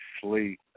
sleep